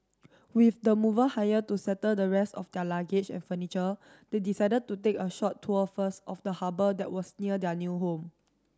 with the mover hired to settle the rest of their luggage and furniture they decided to take a short tour first of the harbour that was near their new home